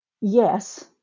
yes